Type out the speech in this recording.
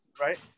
right